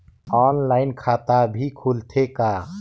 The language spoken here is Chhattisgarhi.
ऑनलाइन खाता भी खुलथे का?